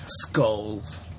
Skulls